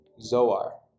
Zoar